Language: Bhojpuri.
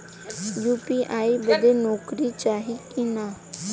यू.पी.आई बदे नौकरी चाही की ना?